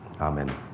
Amen